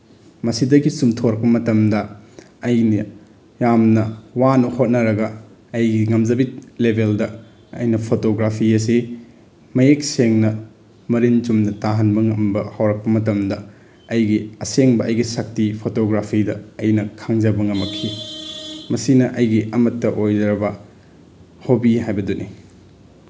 ꯃꯁꯤꯗꯒꯤ ꯆꯨꯝꯊꯣꯔꯛꯄ ꯃꯇꯝꯗ ꯑꯩꯅ ꯌꯥꯝꯅ ꯋꯥꯅ ꯍꯣꯠꯅꯔꯒ ꯑꯩꯒꯤ ꯉꯝꯖꯕꯤ ꯂꯦꯕꯦꯜꯗ ꯑꯩꯅ ꯐꯣꯇꯣꯒ꯭ꯔꯥꯐꯤ ꯑꯁꯤ ꯃꯌꯦꯛ ꯁꯦꯡꯅ ꯃꯔꯤꯟ ꯆꯨꯝꯅ ꯇꯥꯍꯟꯕ ꯉꯝꯕ ꯍꯧꯔꯛꯄ ꯃꯇꯝꯗ ꯑꯩꯒꯤ ꯑꯁꯦꯡꯕ ꯑꯩꯒꯤ ꯁꯛꯇꯤ ꯐꯣꯇꯣꯒ꯭ꯔꯥꯐꯤꯗ ꯑꯩꯅ ꯈꯪꯖꯕ ꯉꯝꯃꯛꯈꯤ ꯃꯁꯤꯅ ꯑꯩꯒꯤ ꯑꯃꯠꯇ ꯑꯣꯏꯔꯕ ꯍꯣꯕꯤ ꯍꯥꯏꯕꯗꯨꯅꯤ